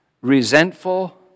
resentful